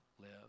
live